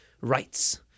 rights